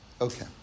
Okay